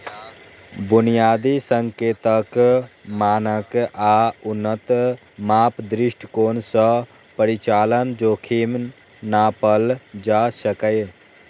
बुनियादी संकेतक, मानक आ उन्नत माप दृष्टिकोण सं परिचालन जोखिम नापल जा सकैए